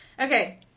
Okay